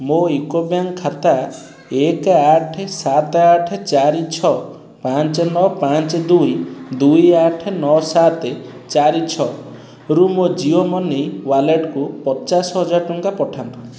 ମୋ UCO bank ଖାତା ଏକ ଆଠ ସାତ ଆଠ ଚାରି ଛଅ ପାଞ୍ଚ ନଅ ପାଞ୍ଚ ଦୁଇ ଦୁଇ ଆଠ ନଅ ସାତ ଛଅ ଚାରିରୁ ମୋ ଜିଓ ମନି ୱାଲେଟ୍କୁ ପଚାଶ ହଜାର ଟଙ୍କା ପଠାନ୍ତୁ